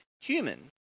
human